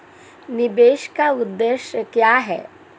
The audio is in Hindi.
निवेश का उद्देश्य क्या है?